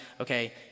okay